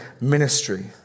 ministry